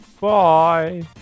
Bye